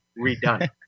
redone